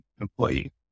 employee